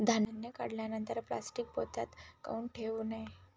धान्य काढल्यानंतर प्लॅस्टीक पोत्यात काऊन ठेवू नये?